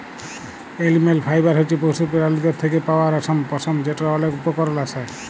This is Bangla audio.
এলিম্যাল ফাইবার হছে পশু পেরালীর থ্যাকে পাউয়া রেশম, পশম যেটর অলেক উপকরল আসে